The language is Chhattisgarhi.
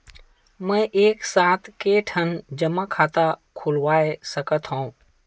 मैं एक साथ के ठन जमा खाता खुलवाय सकथव?